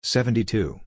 Seventy-two